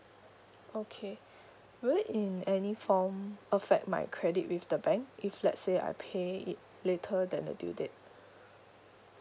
okay will it in any form affect my credit with the bank if let's say I pay it later that the due date